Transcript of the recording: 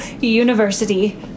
University